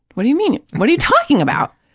what do you mean? what are you talking about?